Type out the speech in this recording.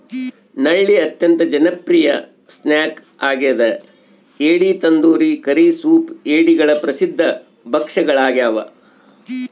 ನಳ್ಳಿ ಅತ್ಯಂತ ಜನಪ್ರಿಯ ಸ್ನ್ಯಾಕ್ ಆಗ್ಯದ ಏಡಿ ತಂದೂರಿ ಕರಿ ಸೂಪ್ ಏಡಿಗಳ ಪ್ರಸಿದ್ಧ ಭಕ್ಷ್ಯಗಳಾಗ್ಯವ